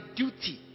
duty